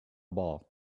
ball